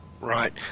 Right